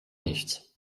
nichts